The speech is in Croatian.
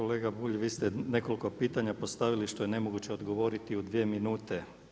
Kolega Bulj, vi ste nekoliko pitanja postavili što je nemoguće odgovoriti u dvije minute.